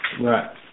Right